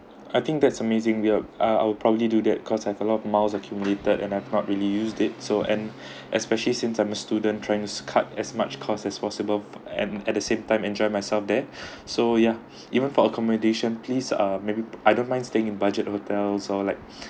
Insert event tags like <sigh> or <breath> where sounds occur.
I think that's amazing yeah I'll I'll probably do that cause I've a lot of miles accumulated and I've not really use it so and <breath> especially since I'm a student trying to cut as much costs as possible and at the same time enjoy myself there <breath> so ya even for accommodation please ah maybe I don't mind staying in budget hotels or like <breath>